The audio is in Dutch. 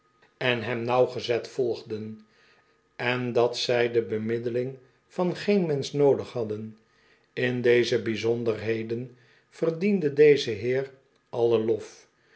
en hem nauwgezet volgden en dat zij de bemiddeling van geen mensch noodig hadden in deze bijzonderheden verdiende deze heer allen lof